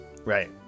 Right